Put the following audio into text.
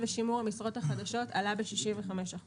ושימור המשרות החדשות עלה ב-65%.